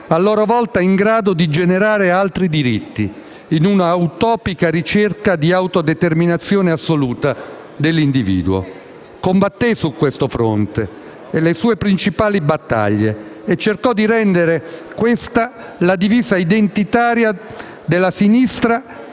a loro volta in grado di generare altri diritti, in un'utopica ricerca di autodeterminazione assoluta dell'individuo. Combatté su questo fronte le sue principali battaglie e cercò di rendere questa la divisa identitaria della sinistra